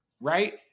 right